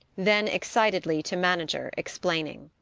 then excitedly to manager explaining.